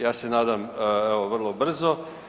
Ja se nadam evo vrlo brzo.